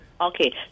Okay